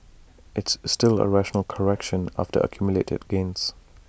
it's still A rational correction after accumulated gains